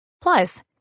Plus